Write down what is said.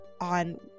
on